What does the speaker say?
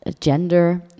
gender